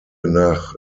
nach